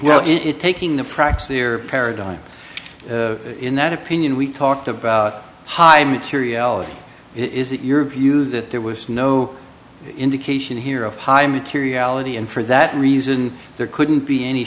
place it taking the practice here paradigm in that opinion we talked about high immaterial or is it your view that there was no indication here of high materiality and for that reason there couldn't be any